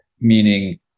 meaning